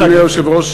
אדוני היושב-ראש,